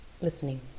listening